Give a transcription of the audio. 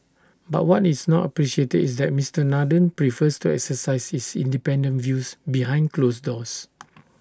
but what is not appreciated is that Mister Nathan prefers to exercise his independent views behind closed doors